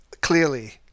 clearly